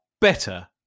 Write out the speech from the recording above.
better